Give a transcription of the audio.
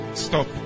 Stop